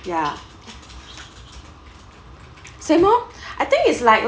ya same oh I think it's like